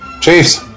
Chiefs